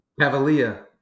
Cavalia